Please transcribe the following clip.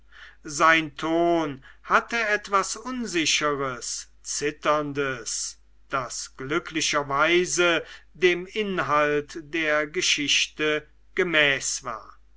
sein ton hatte etwas unsicheres zitterndes das glücklicherweise dem inhalt der geschichte gemäß war